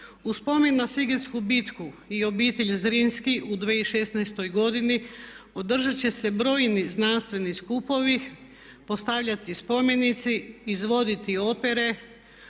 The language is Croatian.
U spomen na sigetsku bitku i obitelj Zrinski u 2016. godini održat će se brojni znanstveni skupovi, postavljati spomenici, izvoditi opere